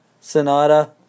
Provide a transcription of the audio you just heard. Sonata